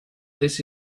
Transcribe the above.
this